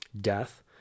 death